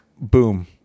Boom